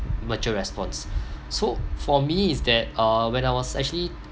mature response so for me is that uh when I was actually